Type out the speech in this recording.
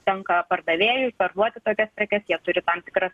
tenka pardavėjui parduoti tokias prekes jie turi tam tikras